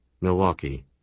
Milwaukee